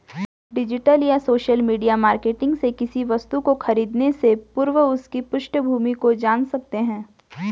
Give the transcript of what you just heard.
digital और social media marketing से किसी वस्तु को खरीदने से पूर्व उसकी पृष्ठभूमि को जान सकते है